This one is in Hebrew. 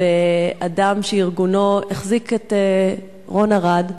אדם שארגונו החזיק את רון ארד,